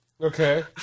Okay